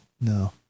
no